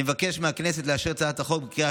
אני מבקש מהכנסת לאשר את הצעת החוק בקריאה